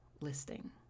listing